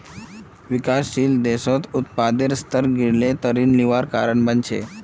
विकासशील देशत उत्पादेर स्तर गिरले त ऋण लिबार कारण बन छेक